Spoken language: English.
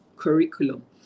curriculum